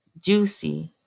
Juicy